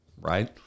right